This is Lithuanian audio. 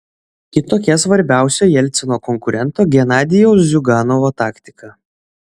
kitokia svarbiausio jelcino konkurento genadijaus ziuganovo taktika